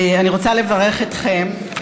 אני רוצה לברך אתכם,